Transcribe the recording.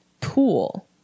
pool